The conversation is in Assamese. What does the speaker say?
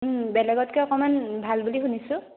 বেলেগতকে অকণমান ভাল বুলি শুনিছোঁ